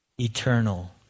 Eternal